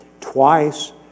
Twice